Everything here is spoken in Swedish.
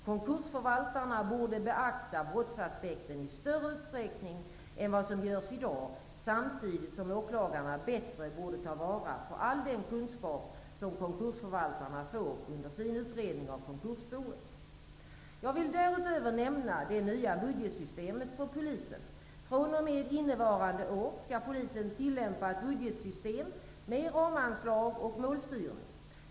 Konkursförvaltarna borde beakta brottsaspekten i större utsträckning än vad som görs i dag, samtidigt som åklagarna bättre borde ta vara på all den kunskap som konkursförvaltarna får under sin utredning av konkursboet. Jag vill därutöver nämna det nya budgetsystemet för polisen. fr.o.m. innevarande år skall polisen tillämpa ett budgetsystem med ramanslag och målstyrning.